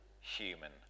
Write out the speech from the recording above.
human